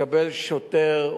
לקבל שוטר,